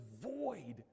void